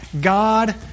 God